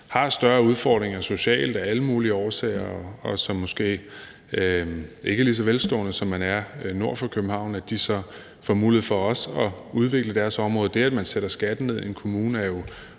har større udfordringer socialt af alle mulige årsager, og som måske ikke er lige så velstående, som man er nord for København, også får mulighed for at udvikle deres område. Det, at man sætter skatten ned i en kommune, er jo